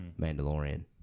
Mandalorian